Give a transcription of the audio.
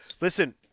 Listen